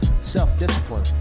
Self-discipline